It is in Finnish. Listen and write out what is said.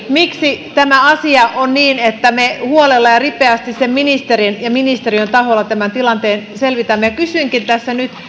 miksi tämä asia on niin että me huolella ja ripeästi ministerin ja ministeriön taholla tämän tilanteen selvitämme kysynkin tässä nyt